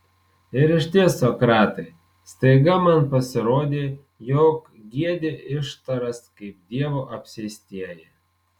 ir išties sokratai staiga man pasirodė jog giedi ištaras kaip dievo apsėstieji